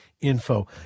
info